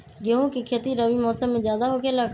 गेंहू के खेती रबी मौसम में ज्यादा होखेला का?